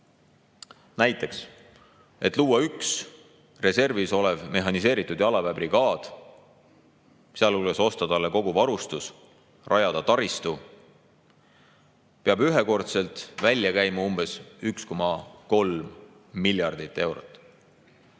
Näiteks, et luua üks reservis olev mehhaniseeritud jalaväebrigaad, sealhulgas osta talle kogu varustus, rajada taristu, peab ühekordselt välja käima 1,3 miljardit eurot.